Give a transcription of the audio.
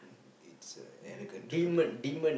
it's a arrogant fella